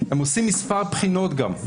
הם עושים מספר בחינות גם,